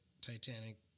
Titanic